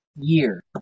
year